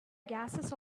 gases